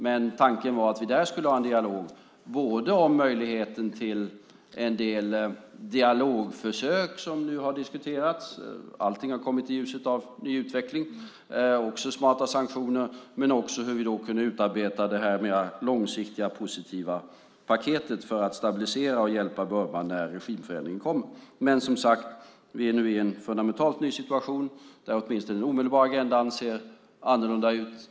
Men tanken var att vi här skulle ha en dialog om möjligheten till både ett dialogförsök som nu har diskuterats - allting har kommit i ljuset av en ny utveckling - och smarta sanktioner men också om hur vi kan utarbeta det mer långsiktiga positiva paketet för att stabilisera och hjälpa Burma när regimförändringen kommer. Men som sagt är vi nu i en fundamentalt ny situation där åtminstone den omedelbara agendan ser annorlunda ut.